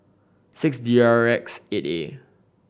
six D R X eight A